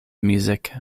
music